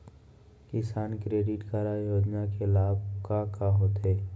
किसान credit card योजना के लाभ का का होथे?